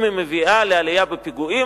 אם היא מביאה לעלייה בפיגועים,